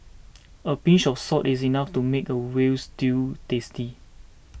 a pinch of salt is enough to make a Veal Stew tasty